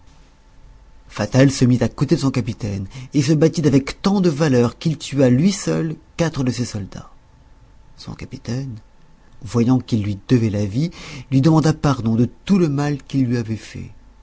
fatal se mit à côté de son capitaine et se battit avec tant de valeur qu'il tua lui seul quatre de ces soldats son capitaine voyant qu'il lui devait la vie lui demanda pardon de tout le mal qu'il lui avait fait